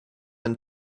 and